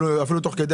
אפילו תוך כדי,